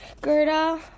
Gerda